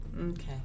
Okay